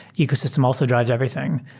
ecosystem also dr ives everything.